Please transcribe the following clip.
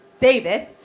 David